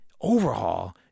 Overhaul